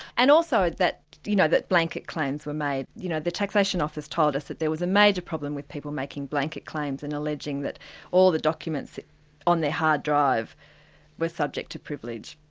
and also ah that you know that blanket claims were made. you know the taxation office told us that there was a major problem with people making blanket claims and alleging that all the documents on their hard drive were subject to privilege.